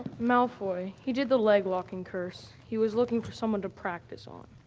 malfoy. he did the leg walking curse. he was looking for someone to practice on.